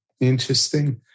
Interesting